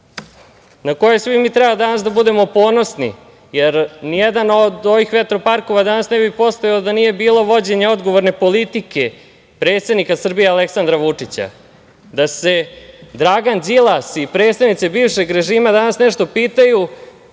na koje svi mi danas treba da budemo ponosni, jer nijedan od ovih vetroparkova danas ne bi postojao da nije bilo vođenje odgovorne politike predsednika Srbije, Aleksandra Vučića, da se Dragan Đilas i predstavnici bivšeg režima danas nešto pitaju,